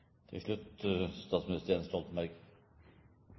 til statsminister Jens Stoltenberg.